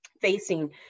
facing